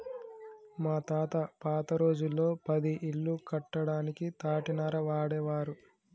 మా తాత పాత రోజుల్లో పది ఇల్లు కట్టడానికి తాటినార వాడేవారు